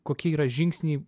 kokie yra žingsnai